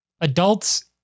Adults